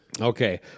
Okay